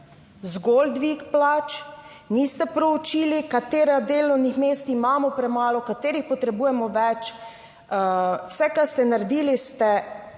zgolj dvig plač, niste proučili katerih delovnih mest imamo premalo, katerih potrebujemo več. Vse, kar ste naredili ste